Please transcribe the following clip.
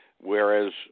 whereas